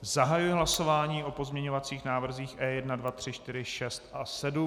Zahajuji hlasování o pozměňovacích návrzích E1, 2, 3, 4, 6 a 7.